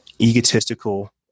egotistical